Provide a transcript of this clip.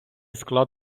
склад